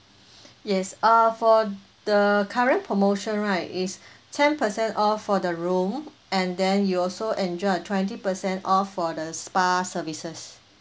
yes uh for the current promotion right it's ten percent off for the room and then you also enjoy a twenty percent off for the spa services